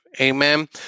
Amen